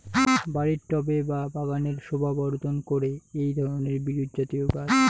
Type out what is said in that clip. বাড়ির টবে বা বাগানের শোভাবর্ধন করে এই ধরণের বিরুৎজাতীয় গাছ